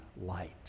light